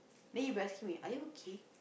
they keep asking me are you okay